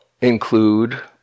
include